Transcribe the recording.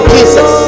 Jesus